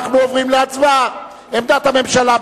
אנחנו עוברים להצבעה על עמדת הממשלה.